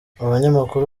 abanyamakuru